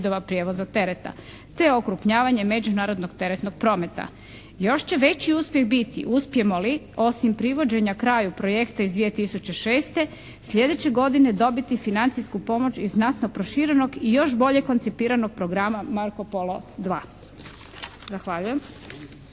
prijevoza tereta te okrupnjavanje međunarodnog teretnog prometa. Još će veći uspjeh biti uspijemo li osim privođenja kraju projekta iz 2006. sljedeće godine dobiti financijsku pomoć iz naftno proširenog i još bolje koncipiranog programa "Marko Polo 2". Zahvaljujem.